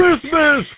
Christmas